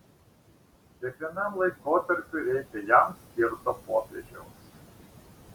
kiekvienam laikotarpiui reikia jam skirto popiežiaus